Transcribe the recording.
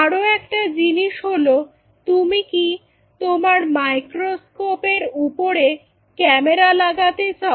আরো একটা জিনিস হল তুমি কি তোমার মাইক্রোস্কোপ এর ওপরে ক্যামেরা লাগাতে চাও